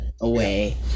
away